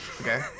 okay